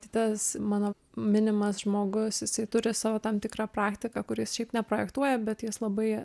tai tas mano minimas žmogus jisai turi savo tam tikrą praktiką kur jis šiaip neprojektuoja bet jis labai